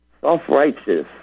self-righteous